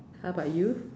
how about you